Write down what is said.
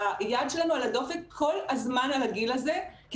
היד שלנו על הדופק כל הזמן על הגיל הזה כי